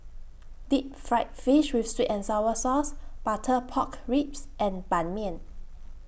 Deep Fried Fish with Sweet and Sour Sauce Butter Pork Ribs and Ban Mian